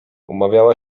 umawiała